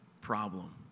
problem